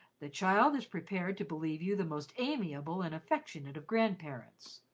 the child is prepared to believe you the most amiable and affectionate of grandparents.